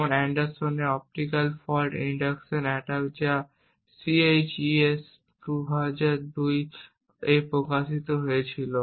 যেমন অ্যান্ডারসনের optical fault induction attack যা CHES 2002 এ প্রকাশিত হয়েছিল